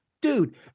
dude